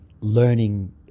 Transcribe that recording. learning